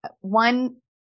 one